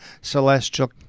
celestial